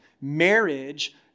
Marriage